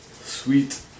Sweet